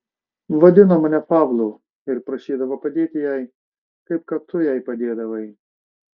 vadino mane pavlu ir prašydavo padėti jai kaip kad tu jai padėdavai